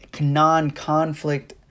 non-conflict